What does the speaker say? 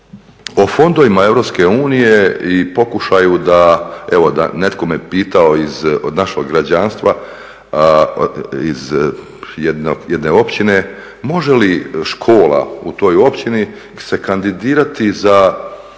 O fondovima EU i pokušaju da, evo netko me pitao od našeg građanstva, iz jedne općine, može li škola u toj općini se kandidirati za